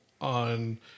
on